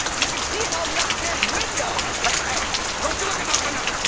we can see in all the upstairs windows. hey don't you look in those windows.